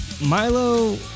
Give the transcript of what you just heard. Milo